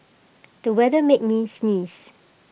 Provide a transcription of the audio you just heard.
the weather made me sneeze